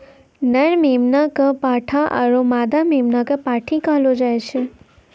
नर मेमना कॅ पाठा आरो मादा मेमना कॅ पांठी कहलो जाय छै